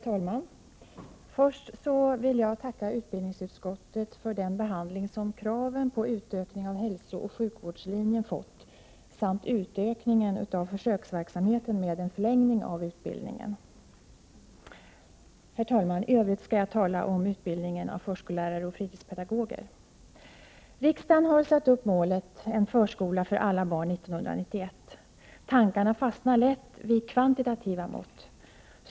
Herr talman! Först vill jag tacka utbildningsutskottet för den behandling som kraven på en utökning av hälsooch sjukvårdslinjen har fått samt för stödet till en utökning av försöksverksamheten med en förlängning av utbildningen. I övrigt skall jag tala om utbildningen av förskollärare och fritidspedagoger. Riksdagen har satt upp målet ”en förskola för alla barn” 1991. Tankarna fastnar lätt vid kvantitativa mått.